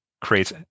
creates